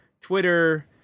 Twitter